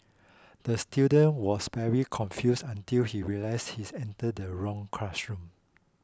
the student was very confused until he realised he's entered the wrong classroom